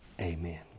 Amen